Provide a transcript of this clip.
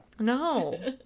No